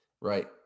Right